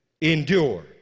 Endure